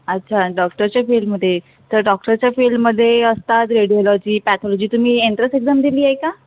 अच्छा डॉक्टरच्या फील्डमध्ये तर डॉक्टरच्या फील्डमध्ये असतात रेडिओलॉजी पॅथोलॉजी तुम्ही एन्ट्रन्स एक्झाम दिली आहे का